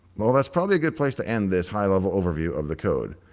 well, that's probably a good place to end this high level overview of the code.